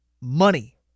money